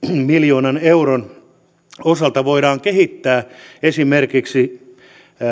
miljoonan euron osalta voidaan kehittää esimerkiksi